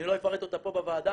אני לא אפרט אותה פה בוועדה,